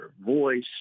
voice